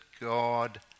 God